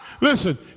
Listen